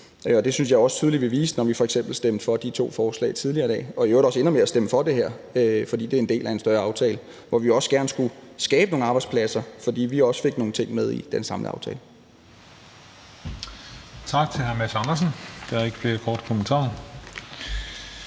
Det synes jeg også vi viste tydeligt, da vi f.eks. stemte for de to forslag tidligere i dag og i øvrigt også ender med at stemme for det her, fordi det er en del af en større aftale, hvormed vi også gerne skulle skabe nogle flere arbejdspladser, fordi vi også fik nogle ting med i den samlede aftale.